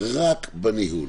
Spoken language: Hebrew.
וניהול